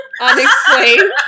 unexplained